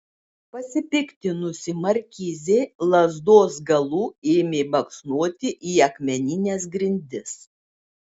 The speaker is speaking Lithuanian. pasipiktinusi markizė lazdos galu ėmė baksnoti į akmenines grindis